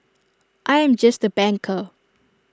I am just A banker